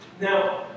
Now